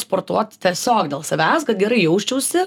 sportuot tiesiog dėl savęs kad gerai jausčiausi